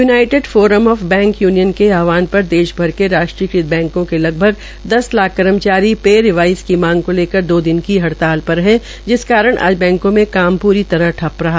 united Forum of Bank Union के आहवान पर देश भर में राष्ट्रीयकृत बैंको के लगभग दस लाख कर्मचारी पे रिवाइज़ की मांग को लकर दो दिन की हड़ताल पर है जिस कारण आज बैंको में काम पूरी तरह ठप्प रहा